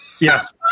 Yes